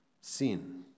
sin